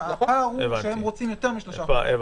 הפער הוא שהם רוצים יותר משלושה חודשים.